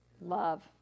love